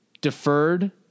deferred